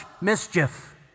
mischief